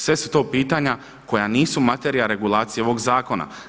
Sve su to pitanja koja nisu materija regulacije ovoga zakona.